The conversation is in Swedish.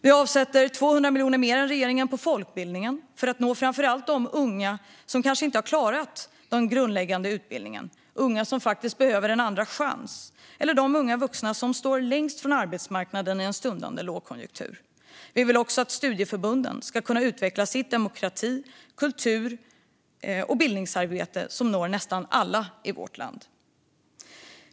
Vi avsätter 200 miljoner mer än regeringen på folkbildningen för att nå framför allt de unga som kanske inte har klarat den grundläggande utbildningen, de unga som behöver en andra chans eller de unga vuxna som står längst från arbetsmarknaden i en stundande lågkonjunktur. Vi vill också att studieförbunden ska kunna utveckla sitt demokrati, kultur och bildningsarbete som når nästan alla i vårt land.